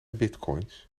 bitcoins